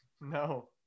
No